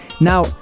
Now